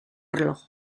reloj